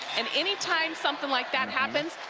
and anytime something like that happens,